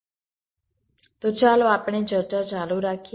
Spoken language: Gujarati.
તો ચાલો આપણે ચર્ચા ચાલુ રાખીએ